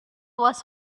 was